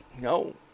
No